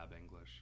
English